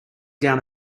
down